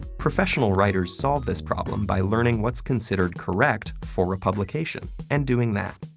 professional writers solve this problem by learning what's considered correct for a publication, and doing that.